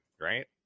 right